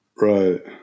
Right